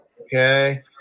Okay